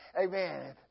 Amen